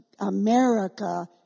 America